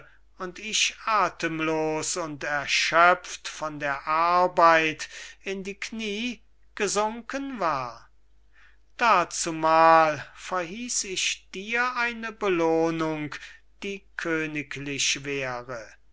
und ich athemlos und erschöpft von der arbeit in die kniee gesunken war dazumal verhieß ich dir eine belohnung die königlich wäre